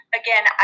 again